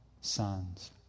sons